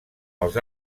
els